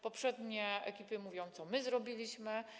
Poprzednie ekipy mówią, co my zrobiliśmy.